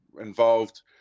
involved